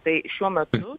tai šiuo metu